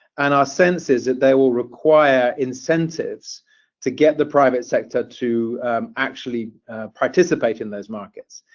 and our sense is that they will require incentives to get the private sector to actually participate in those markets.